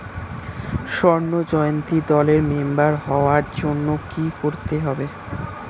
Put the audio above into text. স্বর্ণ জয়ন্তী দলের মেম্বার হওয়ার জন্য কি করতে হবে?